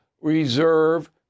reserve